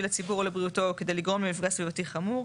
לציבור או לבריאותו או כדי לגרום למפגע סביבתי חמור.